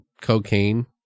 cocaine